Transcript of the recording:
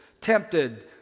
tempted